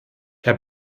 herr